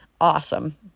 awesome